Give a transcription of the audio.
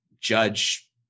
judge